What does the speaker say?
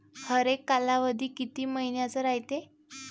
हरेक कालावधी किती मइन्याचा रायते?